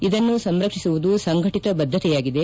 ಇದನ್ನು ಸಂರಕ್ಷಿಸಿಸುವುದು ಸಂಘಟಿತ ಬದ್ದತೆಯಾಗಿದೆ